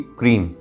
cream